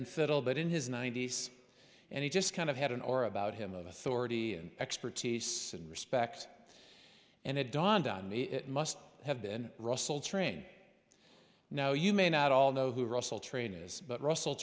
and settled it in his ninety's and he just kind of had an aura about him of authority and expertise and respect and it dawned on me it must have been russell train now you may not all know who russell train is but russell